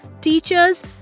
teachers